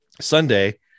Sunday